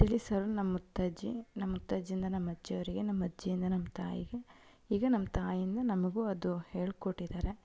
ತಿಳಿಸಾರು ನಮ್ಮ ಮುತ್ತಜ್ಜಿ ನಮ್ಮ ಮುತ್ತಜ್ಜಿಯಿಂದ ನಮ್ಮ ಅಜ್ಜಿಯವರಿಗೆ ನಮ್ಮ ಅಜ್ಜಿಯಿಂದ ನಮ್ಮ ತಾಯಿಗೆ ಈಗ ನಮ್ಮ ತಾಯಿಯಿಂದ ನಮಗೂ ಅದು ಹೇಳಿಕೊಟ್ಟಿದಾರೆ